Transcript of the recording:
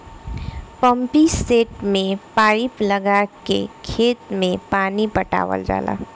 pumpset में pipe लगा के खेत में पानी पटावल जाला